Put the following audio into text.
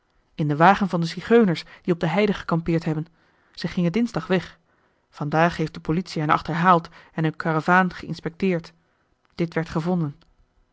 in den wagen van de zigeuners die op de heide gekampeerd hebben zij gingen dinsdag weg vandaag heeft de politie hen achterhaald en hun karavaan geïnspecteerd dit werd gevonden